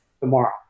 tomorrow